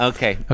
Okay